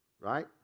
right